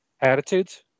Attitudes